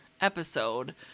episode